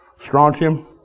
strontium